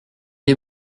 est